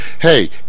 Hey